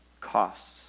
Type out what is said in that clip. costs